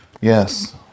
Yes